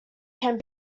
can